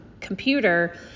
computer